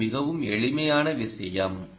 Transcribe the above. இது மிகவும் எளிமையான விஷயம்